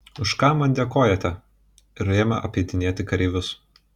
už ką man dėkojate ir ėmė apeidinėti kareivius